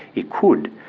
it could.